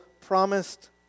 promised